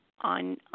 on